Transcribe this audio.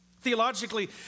Theologically